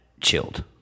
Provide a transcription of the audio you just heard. chilled